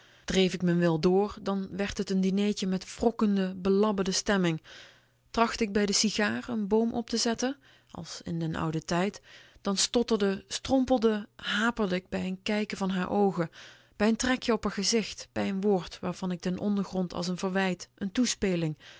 dreef ik m'n wil door dan werd t n dinertje met wrokkende belabberde stemming trachtte k bij de sigaar n boom op te zetten als in den ouden tijd dan stotterde strompelde haperde k bij n kijken van haar oogen bij n trekje op r gezicht bij n woord waarvan ik den ondergrond als n verwijt n toespeling